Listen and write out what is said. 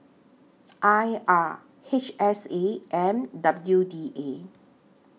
I R H S A and W D A